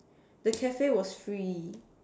the cafe was free